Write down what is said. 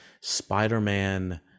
spider-man